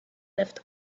left